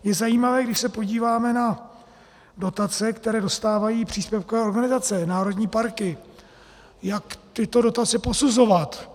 Je zajímavé, když se podíváme na dotace, které dostávají příspěvkové organizace národní parky, jak tyto dotace posuzovat.